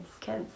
kids